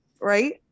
right